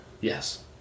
Yes